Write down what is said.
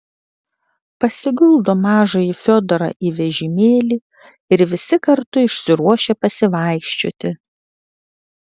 pasiguldo mažąjį fiodorą į vežimėlį ir visi kartu išsiruošia pasivaikščioti